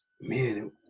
man